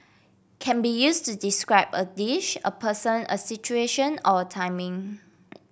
can be used to describe a dish a person a situation or a timing